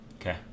okay